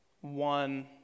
one